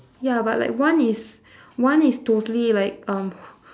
ya but like one is one is totally like um